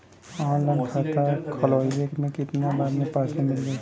Online खाता खोलवईले के कितना दिन बाद पासबुक मील जाई?